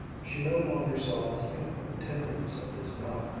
she no longer saw the humor and tenderness of his mouth.